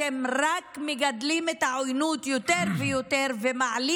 אתם רק תגדילו את העוינות יותר ויותר ותעלו